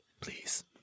please